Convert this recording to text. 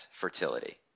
fertility